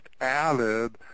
added